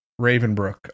Ravenbrook